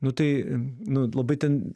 nu tai nu labai ten